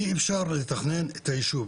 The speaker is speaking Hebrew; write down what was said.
אי אפשר לתכנן את הישוב,